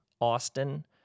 Austin